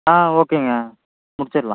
ஆ ஓகேங்க முடிச்சுரலாம்